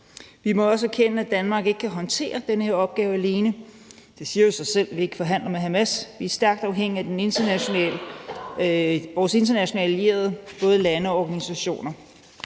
Vi må også erkende, at Danmark ikke kan håndtere den her opgave alene. Det siger jo sig selv, at vi ikke kan forhandle med Hamas. Vi er stærkt afhængige af vores internationale allierede, både lande og organisationer.